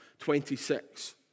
26